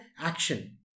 action